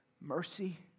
Mercy